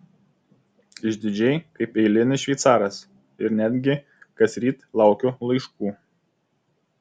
išdidžiai kaip eilinis šveicaras ir netgi kasryt laukiu laiškų